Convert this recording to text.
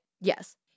Yes